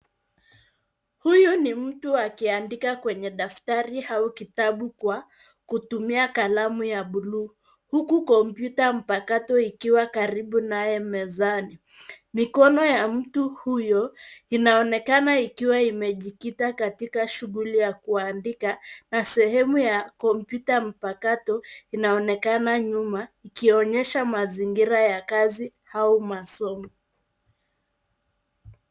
Huyu ni mtu akiandika kwenye daftari au kitabu kwa kutumia kalamu ya blue , huku kompyuta mpakato ikiwa karibu naye mezani. Mikono ya mtu huyo inaonekana ikiwa imejikita katika shughuli ya kuandika, na sehemu ya kompyuta mpakato inaonekana nyuma, ikionyesha mazingira ya kazi au masomo.